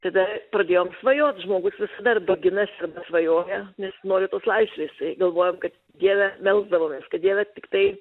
tada pradėjom svajot žmogus visada arba ginasi arba svajoja nes nori tos laisvės tai galvojom kad dieve melsdavomės kad dieve tiktai